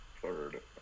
third